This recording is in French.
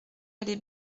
allée